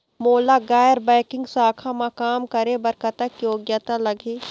मोला गैर बैंकिंग शाखा मा काम करे बर कतक योग्यता लगही?